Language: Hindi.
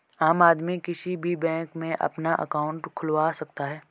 आम आदमी किसी भी बैंक में अपना अंकाउट खुलवा सकता है